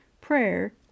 prayer